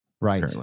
Right